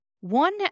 one